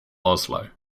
oslo